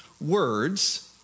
words